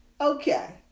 okay